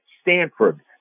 Stanford